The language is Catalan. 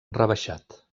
rebaixat